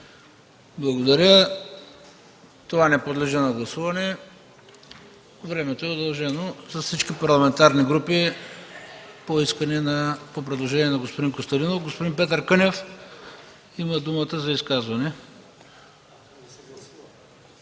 Благодаря. Това не подлежи на гласуване. Времето на всички парламентарни групи е удължено по предложение на господин Камен Костадинов. Господин Петър Кънев има думата за изказване.